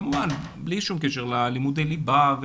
כמובן בלי קשר ללימודי ליבה.